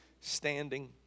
standing